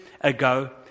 ago